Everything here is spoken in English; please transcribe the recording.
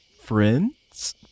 friends